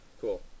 Cool